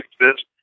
exist